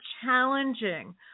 challenging